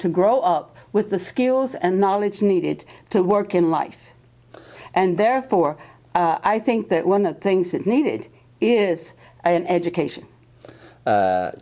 to grow up with the skills and knowledge needed to work in life and therefore i think that one of things that needed is an education